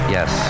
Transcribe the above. Yes